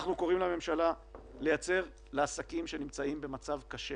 אנחנו קוראים לממשלה לייצר לעסקים שנמצאים במצב קשה